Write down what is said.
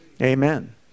Amen